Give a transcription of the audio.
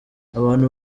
abantu